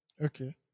Okay